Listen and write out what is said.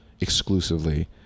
exclusively